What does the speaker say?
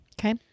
Okay